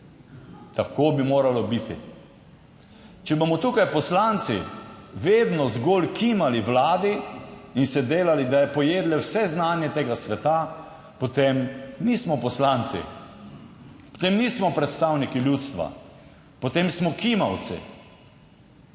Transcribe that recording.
Tako bi moralo biti. Če bomo tukaj poslanci vedno zgolj kimali vladi in se delali, da je pojedla vse znanje tega sveta, potem nismo poslanci, potem nismo predstavniki ljudstva, potem smo kimavci.